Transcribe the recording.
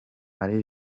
mari